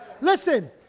Listen